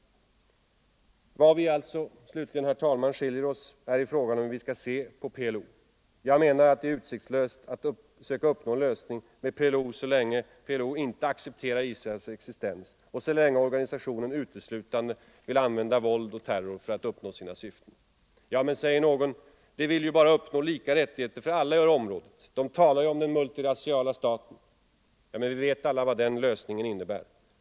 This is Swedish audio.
Vad vi skiljer oss från varandra i är frågan om hur vi skall se på PLO. Jag menar att det är utsiktslöst att söka uppnå en lösning med PLO så länge PLO inte accepterar Israels existens och så länge organisationen uteslutande vill använda våld och terror för att uppnå sina syften. Men, säger någon, de vill ju bara uppnå lika rättigheter för alla i området, de talar ju om den multirasiala staten. Ja, men vi vet alla vad den lösningen innebär.